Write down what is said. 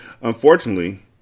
Unfortunately